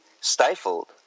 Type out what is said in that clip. stifled